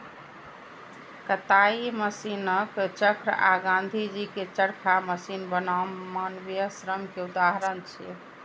कताइ मशीनक चक्र आ गांधीजी के चरखा मशीन बनाम मानवीय श्रम के उदाहरण छियै